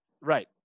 Right